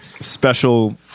Special